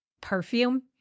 perfume